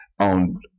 on